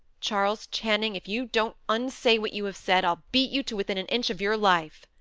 charles channing, if you don't unsay what you have said, i'll beat you to within an inch of your life.